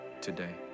today